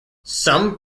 some